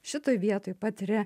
šitoj vietoj patiria